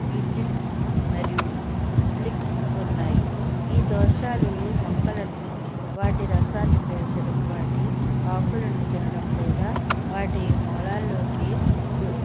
వీటిల్స్ మరియు స్లిగ్స్ ఉన్నాయి ఈ దోషాలు మొక్కలను వాటి రసాన్ని పీల్చడం వాటి ఆకులను తినడం లేదా వాటి మూలాల్లోకి గు